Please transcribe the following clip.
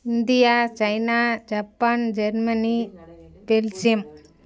India China Japan Germany Belgium